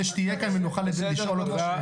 שתהיה כאן ונוכל לשאול אותך שאלות.